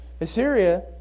Assyria